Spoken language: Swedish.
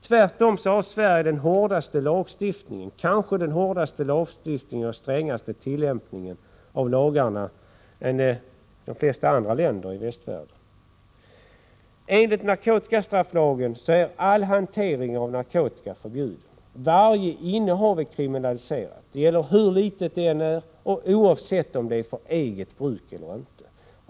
Tvärtom har Sverige en hårdare lagstiftning och en strängare tillämpning av lagarna än de flesta andra länder i västvärlden. Enligt narkotikastrafflagen är all hantering av narkotika förbjuden. Varje innehav är kriminaliserat. Det gäller hur litet det än är, och oavsett om det är för eget bruk eller inte.